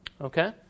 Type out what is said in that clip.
Okay